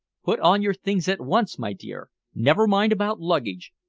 put on your things at once, my dear. never mind about luggage.